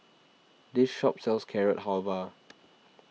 this shop sells Carrot Halwa